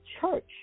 church